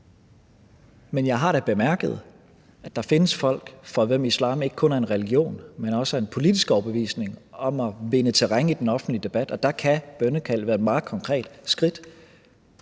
Men jeg har da bemærket, at der findes folk, for hvem islam ikke kun er en religion, men også en politisk overbevisning om at vinde terræn i den offentlige debat, og der kan bønnekald være et meget konkret skridt.